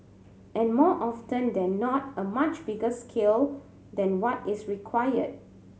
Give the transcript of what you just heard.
and more often than not a much bigger scale than what is required